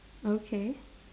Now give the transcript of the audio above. okay